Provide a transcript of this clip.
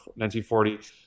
1940